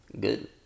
Good